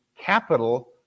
capital